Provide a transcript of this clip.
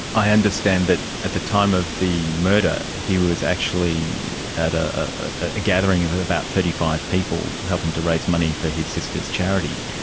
i understand that at the time of the murder he was actually at a gathering of about thirty five people, helping to raise money for his sister's charity,